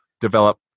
develop